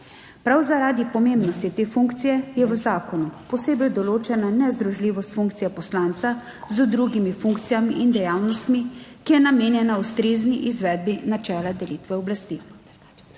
Prav zaradi pomembnosti te funkcije je v zakonu posebej določena nezdružljivost funkcije poslanca z drugimi funkcijami in dejavnostmi, ki je namenjena ustrezni izvedbi načela delitve oblasti.